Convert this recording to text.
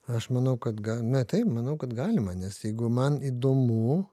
aš manau kad gal na taip manau kad galima nes jeigu man įdomu